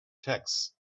texts